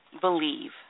believe